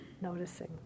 noticing